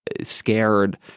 scared –